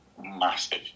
massive